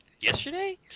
Yesterday